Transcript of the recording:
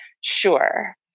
sure